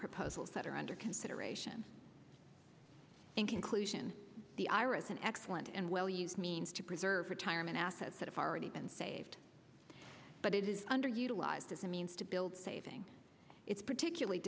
proposals that are under consideration and conclusion the ira's an excellent and well use means to preserve retirement assets that have already been saved but it is underutilized as a means to build saving it's particularly